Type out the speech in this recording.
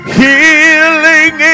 healing